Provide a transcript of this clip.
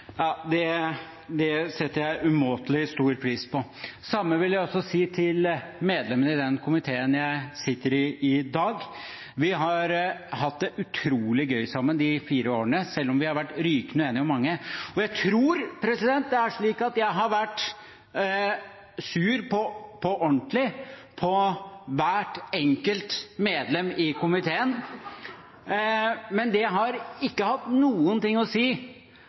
det setter jeg umåtelig stor pris på. Det samme vil jeg også si til medlemmene i den komiteen jeg sitter i i dag. Vi har hatt det utrolig gøy sammen de fire årene, selv om vi har vært rykende uenige om mye. Jeg tror jeg har vært sur på ordentlig på hvert enkelt medlem i komiteen, og de har vært sure på meg også, bare så det er sagt, men det har ikke hatt noen ting å si